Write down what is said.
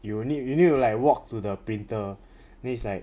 you will need you need to like walk to the printer then it's like